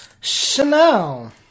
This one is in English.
Chanel